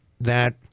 that-